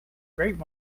great